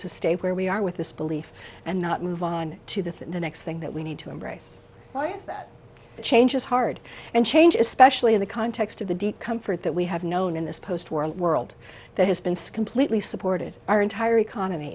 to stay where we are with this belief and not move on to this in the next thing that we need to embrace that change is hard and change especially in the context of the deep comfort that we have known in this post world world that has been skin please supported our entire economy